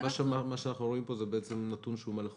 מה שאנחנו רואים פה זה נתון שהוא מלאכותי,